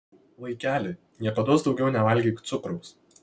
vaikeli niekados daugiau nevalgyk cukraus